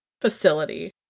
facility